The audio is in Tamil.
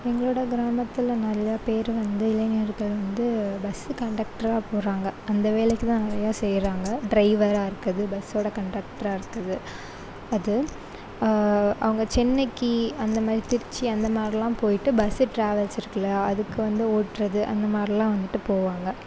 எங்களோட கிராமத்தில் நிறைய பேர் வந்து இளைஞர்கள் வந்து பஸ்ஸு கன்டெக்ராக போகறாங்க அந்த வேலைக்கு தான் நிறைய செய்யறாங்க டிரைவராக இருக்கிறது பஸ்ஸோட கன்டெக்ராக இருக்கிறது அது அவங்க சென்னைக்கு அந்தமாதிரி திருச்சி அந்தமாதிரிலாம் போயிவிட்டு பஸ்ஸு ட்ராவல்ஸ் இருக்குல்ல அதுக்கு வந்து ஓட்டுறது அந்தமாதிரிலாம் வந்துவிட்டு போவாங்க